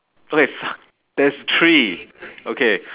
okay fuck there's three okay